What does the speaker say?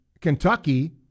Kentucky